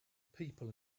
people